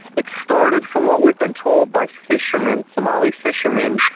it started, from what we've been told, by fishermen, somali fishermen,